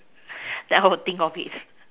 that I will think of it